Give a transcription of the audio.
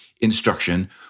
instruction